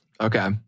Okay